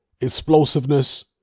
explosiveness